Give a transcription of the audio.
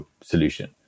solution